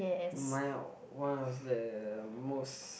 my one of the most